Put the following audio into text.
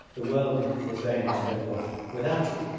the world is very much better off without it.